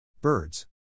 Birds